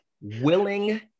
Willing